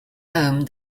home